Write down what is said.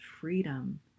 freedom